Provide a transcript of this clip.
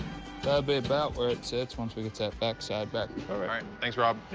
ah be about where it sits once we get to that backside. but all right, thanks, rob.